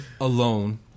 alone